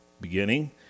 beginning